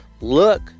look